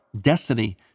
destiny